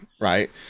right